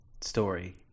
story